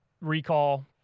recall